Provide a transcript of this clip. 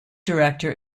director